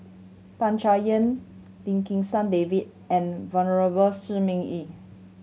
Tan Chay Yan Lim Kim San David and Venerable Shi Ming Yi